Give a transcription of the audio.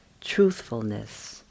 truthfulness